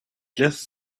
just